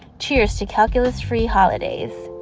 cheers to calculus-free holidays